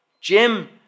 Jim